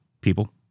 people